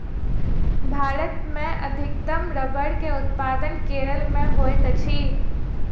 भारत मे अधिकतम रबड़ के उत्पादन केरल मे होइत अछि